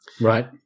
Right